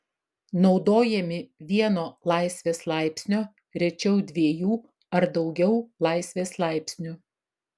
naudojami vieno laisvės laipsnio rečiau dviejų ar daugiau laisvės laipsnių